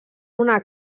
una